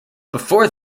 before